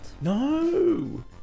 No